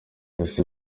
bahise